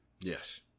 Yes